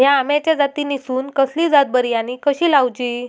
हया आम्याच्या जातीनिसून कसली जात बरी आनी कशी लाऊची?